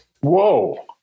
Whoa